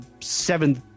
seventh